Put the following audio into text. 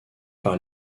par